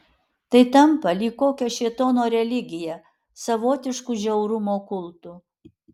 tai tampa lyg kokia šėtono religija savotišku žiaurumo kultu